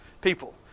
people